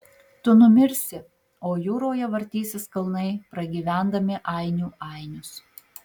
tu numirsi o jūroje vartysis kalnai pragyvendami ainių ainius